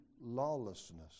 lawlessness